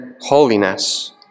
holiness